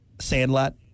Sandlot